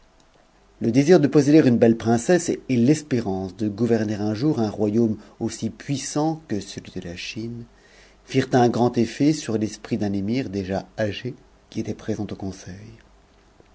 le désir de posséder une belle princesse et l'espérance de gouverne un jour un royaume aussi puissant que celui de a'chine firent un m effet sur l'esprit d'un émir déjà âgé qui était présent au conseil